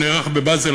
שנערך בבאזל,